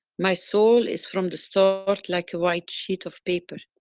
my soul is from the start like a white sheet of paper,